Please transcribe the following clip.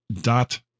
dot